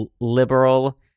liberal